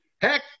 heck